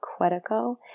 Quetico